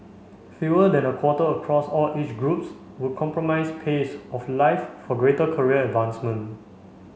fewer than a quarter across all age groups would compromise pace of life for greater career advancement